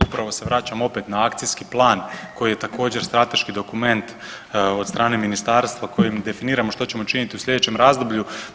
Upravo se vraćam opet na Akcijski plan koji je također, strateški dokument od strane Ministarstva kojim definiramo što ćemo učiniti u sljedećem razdoblju.